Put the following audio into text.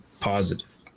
positive